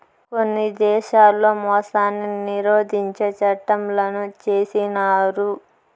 కొన్ని దేశాల్లో మోసాన్ని నిరోధించే చట్టంలను చేసినారు